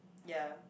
ya